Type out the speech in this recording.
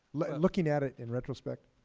looking at it in retrospect.